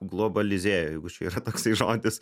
globalizėja jeigu čia yra toksai žodis